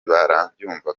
barabyumva